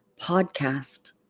podcast